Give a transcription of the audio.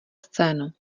scénu